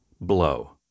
Blow